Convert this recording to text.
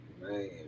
Man